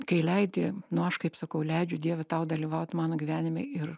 kai leidi nu aš kaip sakau leidžiu dieve tau dalyvaut mano gyvenime ir